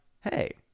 hey